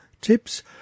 tips